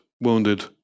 wounded